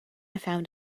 found